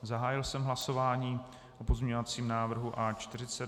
Zahájil jsem hlasování o pozměňovacím návrhu A40.